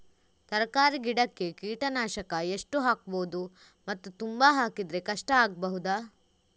ತರಕಾರಿ ಗಿಡಕ್ಕೆ ಕೀಟನಾಶಕ ಎಷ್ಟು ಹಾಕ್ಬೋದು ಮತ್ತು ತುಂಬಾ ಹಾಕಿದ್ರೆ ಕಷ್ಟ ಆಗಬಹುದ?